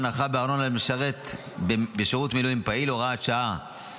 הנחה בארנונה למשרת בשירות מילואים פעיל) (הוראת שעה).